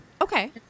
Okay